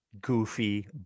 goofy